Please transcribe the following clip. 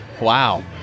Wow